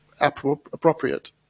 appropriate